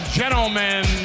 gentlemen